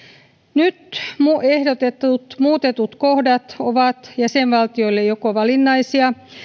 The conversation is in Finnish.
nyt ehdotetut muutetut kohdat ovat jäsenvaltioille joko valinnaisia